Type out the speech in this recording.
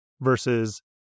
versus